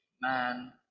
man